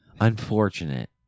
unfortunate